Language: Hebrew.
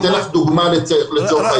אני אתן לך דוגמה לצורך העניין,